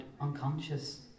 unconscious